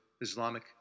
Islamic